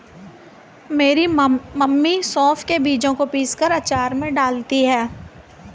मेरी मम्मी सौंफ के बीजों को पीसकर अचार में डालती हैं